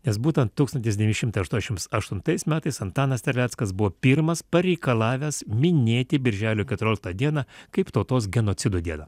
nes būtent tūkstantis devyni šimtai aštuoniasdešims aštuntais metais antanas terleckas buvo pirmas pareikalavęs minėti birželio keturioliktą dieną kaip tautos genocido dieną